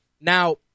Now